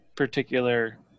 particular